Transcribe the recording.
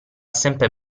sempre